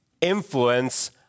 influence